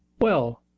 well,